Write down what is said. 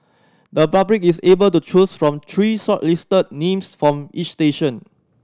the public is able to choose from three shortlisted names for each station